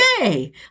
yay